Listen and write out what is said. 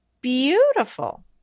beautiful